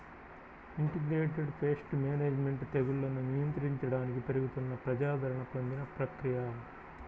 integrated pest management తెగుళ్లను నియంత్రించడానికి పెరుగుతున్న ప్రజాదరణ పొందిన ప్రక్రియ